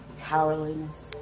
cowardliness